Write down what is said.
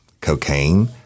cocaine